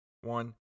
one